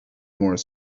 more